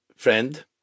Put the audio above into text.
Friend